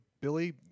Billy